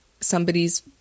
somebody's